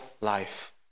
life